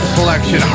Collection